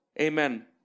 Amen